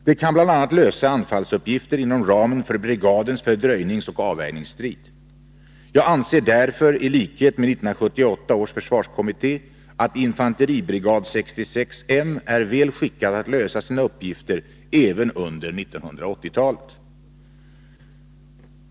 Den kan bl.a. lösa anfallsuppgifter inom ramen för brigadens fördröjningsoch avvärjningsstrid. Jag anser därför — i likhet med 1978 års försvarskommitté — att infanteribrigad 66 M är väl skickad att lösa sina uppgifter även under 1980-talet.